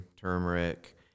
turmeric